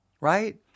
Right